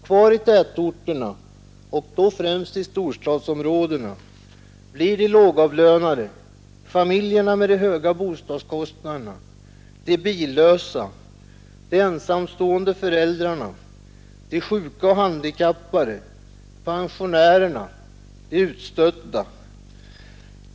Kvar i tätorterna och då främst i storstadsområdena blir de lågavlönade, familjerna med de höga bostadskostnaderna, de billösa, de ensamstående föräldrarna, de sjuka och handikappade, pensionärerna, de utstötta.